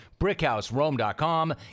Brickhouserome.com